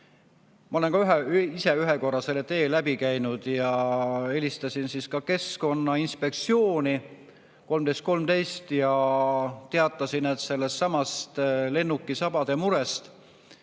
Ma olen ise ka ühel korral selle tee läbi käinud. Helistasin ka keskkonnainspektsiooni, 1313, ja teatasin sellestsamast lennukisabade murest,